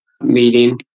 meeting